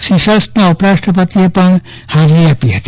સીસલ્સના ઉપરાષ્ટ્રપતિએ પણ હાજરી આપી હતી